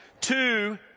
Two